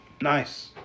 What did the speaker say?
Nice